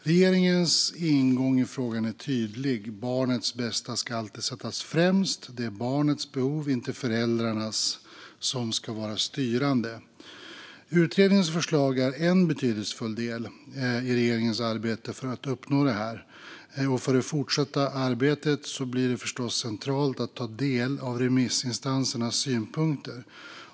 Regeringens ingång i denna fråga är tydlig: Barnets bästa ska alltid sättas främst. Det är barnets behov, inte föräldrarnas, som ska vara styrande. Utredningens förslag är en betydelsefull del i regeringens arbete för att uppnå detta. För det fortsatta arbetet blir det naturligtvis centralt att ta del av remissinstansernas synpunkter.